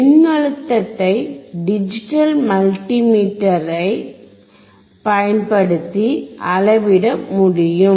மின்னழுத்தத்தை டிஜிட்டல் மல்டிமீட்டரை பயன்படுத்தி அளவிட முடியும்